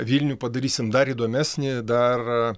vilnių padarysim dar įdomesnį dar